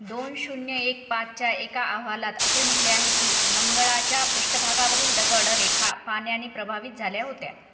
दोन शून्य एक पाचच्या एका अहवालात असे म्हटले आहे की मंगळाच्या पृष्ठभागावरील दगड रेखा पाण्याने प्रभावित झाल्या होत्या